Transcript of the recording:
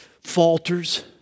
falters